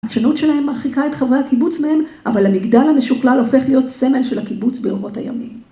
העקשנות שלהם מרחיקה את חברי הקיבוץ מהם, אבל המגדל המשוכלל הופך להיות סמל של הקיבוץ ברבות הימים.